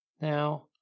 now